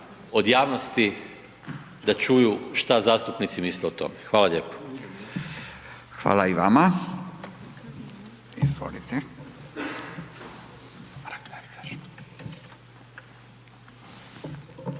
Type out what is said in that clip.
od javnosti da čuju šta zastupnici misle o tome. Hvala lijepo. **Radin, Furio